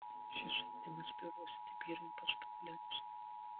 šis žaidimas biuruose tebėra ypač populiarus